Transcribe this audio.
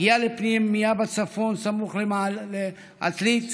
הגיע לפנימייה בצפון, סמוך לעתלית,